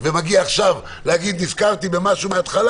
מגיע עכשיו להגיד: נזכרתי במשהו מההתחלה